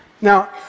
Now